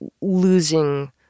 losing